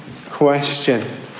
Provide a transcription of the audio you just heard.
question